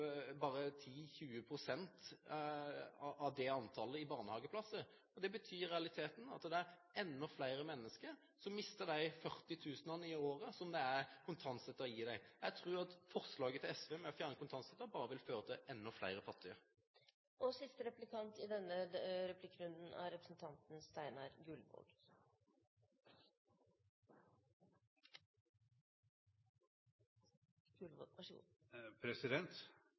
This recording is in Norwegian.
bare 10–20 pst. av det antallet i barnehageplasser, og det betyr i realiteten at det er enda flere mennesker som mister de 40 000 i året som kontantstøtten gir dem. Jeg tror at forslaget til SV med hensyn til å fjerne kontantstøtten bare vil føre til enda flere fattige. Nå har representanten Ropstad antakeligvis hørt på representanten